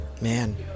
Man